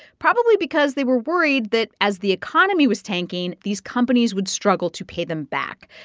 probably because they were worried that as the economy was tanking, these companies would struggle to pay them back.